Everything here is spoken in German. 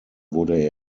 wurde